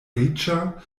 riĉa